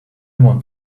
want